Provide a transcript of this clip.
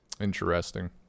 Interesting